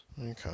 okay